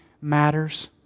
matters